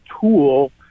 tool